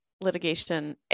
litigation